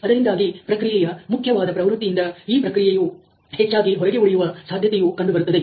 ಅದರಿಂದಾಗಿ ಪ್ರಕ್ರಿಯೆಯ ಮುಖ್ಯವಾದ ಪ್ರವೃತ್ತಿಯಿಂದ ಈ ಪ್ರಕ್ರಿಯೆಯು ಹೆಚ್ಚಾಗಿ ಹೊರಗೆ ಉಳಿಯುವ ಸಾಧ್ಯತೆಯು ಕಂಡುಬರುತ್ತದೆ